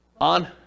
On